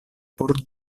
por